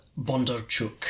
Bondarchuk